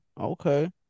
okay